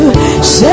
Say